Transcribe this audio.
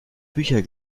bücher